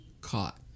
caught